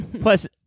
plus